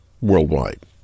worldwide